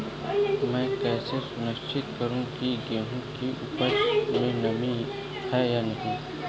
मैं कैसे सुनिश्चित करूँ की गेहूँ की उपज में नमी है या नहीं?